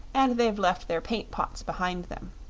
and they've left their paint-pots behind them.